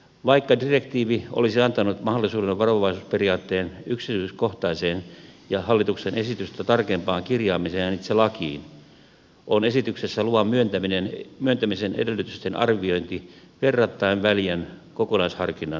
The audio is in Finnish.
vaikka direktiivi olisi antanut mahdollisuuden varovaisuusperiaatteen yksityiskohtaiseen ja hallituksen esitystä tarkempaan kirjaamiseen itse lakiin on esityksessä luvan myöntämisen edellytysten arviointi verrattain väljän kokonaisharkinnan varassa